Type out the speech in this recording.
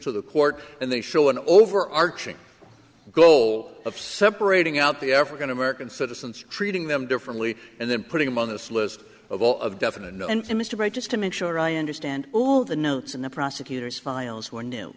to the court and they show an overarching goal of separating out the african american citizens treating them differently and then putting them on this list of all of definite no and mr bright just to make sure i understand all the notes in the prosecutor's files